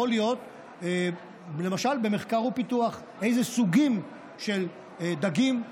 יכול להיות למשל במחקר ופיתוח: איזה סוגים של דגים,